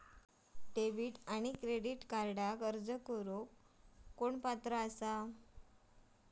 Debit आणि credit कार्डक अर्ज करुक कोण पात्र आसा?